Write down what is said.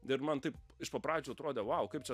ir man taip iš pat pradžių atrodė vau kaip čia